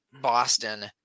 Boston